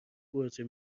برج